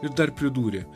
ir dar pridūrė